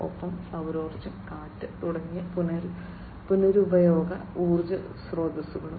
ഒപ്പം സൌരോർജ്ജം കാറ്റ് തുടങ്ങിയ പുനരുപയോഗ ഊർജ സ്രോതസ്സുകളും